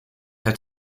her